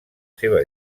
seva